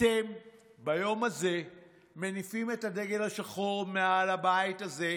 אתם ביום הזה מניפים את הדגל השחור מעל הבית הזה.